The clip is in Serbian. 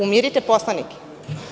Umirite poslanike.